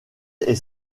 est